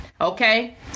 okay